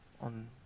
on